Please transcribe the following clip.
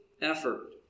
effort